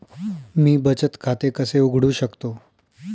मी बचत खाते कसे उघडू शकतो?